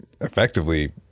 effectively